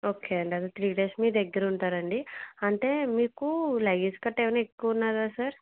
okay అండి అయితే three days మీ దగ్గరుంటారండి అంటే మీకు లగేజ్ గట్టా ఏవన్నాఎక్కువున్నాదా సార్